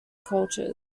cultures